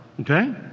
okay